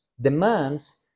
demands